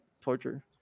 torture